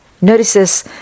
notices